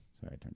Sorry